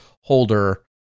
holder